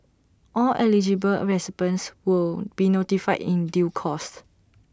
all eligible recipients will be notified in due course